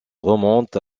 remonte